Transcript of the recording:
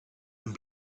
and